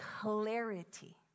clarity